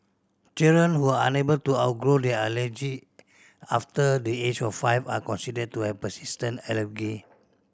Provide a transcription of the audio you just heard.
children who are unable to outgrow their allergy after the age of five are considered to have persistent allergy